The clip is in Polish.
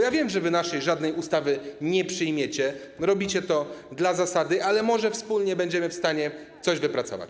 Ja wiem, że wy żadnej naszej ustawy nie przyjmiecie, robicie to dla zasady, ale może wspólnie będziemy w stanie coś wypracować.